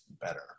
better